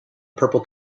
purple